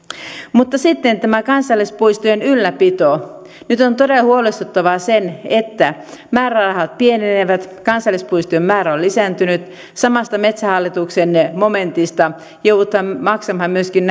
mutta sitten tämä kansallispuistojen ylläpito nyt on todella huolestuttavaa se että määrärahat pienenevät kansallispuistojen määrä on lisääntynyt samasta metsähallituksen momentista joudutaan maksamaan myöskin